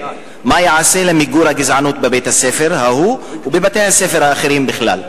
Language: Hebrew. ומה ייעשה למיגור הגזענות בבית-הספר ההוא ובבתי-ספר בכלל?